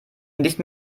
nicht